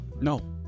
No